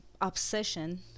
obsession